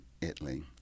Italy